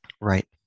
Right